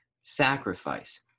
sacrifice